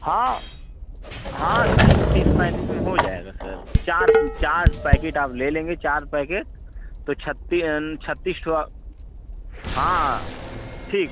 हाँ हाँ तीस पैंतीस में हो जाएगा सर चार चार पैकिट आप ले लेंगे चार पैकेट तो छत्ती छत्तिस ठो औ हाँ ठीक